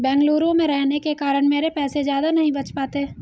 बेंगलुरु में रहने के कारण मेरे पैसे ज्यादा नहीं बच पाते